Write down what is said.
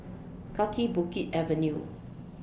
Kaki Bukit Avenue